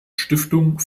stiftung